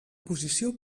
posició